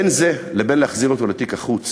בין זה ובין להחזיר אותו לתיק החוץ